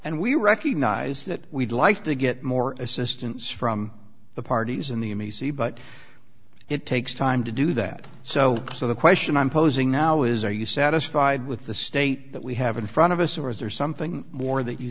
and we recognize that we'd like to get more assistance from the parties in the m e c but it takes time to do that so so the question i'm posing now is are you satisfied with the state that we have in front of us or is there something more that you